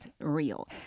real